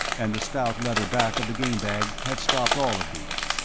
and the stout leather back of the game bag had stopped all of these.